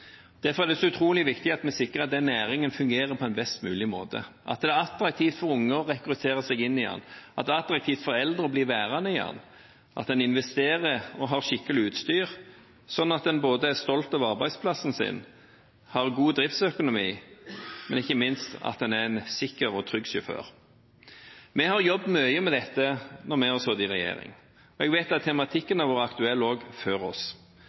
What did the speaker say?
Derfor er det så utrolig viktig at vi sikrer at den næringen fungerer på en best mulig måte, at det er attraktivt for unge å rekrutteres inn i den, at det er attraktivt for eldre å bli værende i den, at en investerer og har skikkelig utstyr, sånn at en både er stolt av arbeidsplassen sin, har god driftsøkonomi, og – ikke minst – er en sikker og trygg sjåfør. Vi har jobbet mye med dette mens vi har sittet i regjering. Jeg vet at tematikken har vært aktuell også før oss.